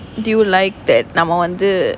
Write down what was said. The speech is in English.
do you like that நம்ம வந்து:namma vanthu